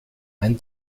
ein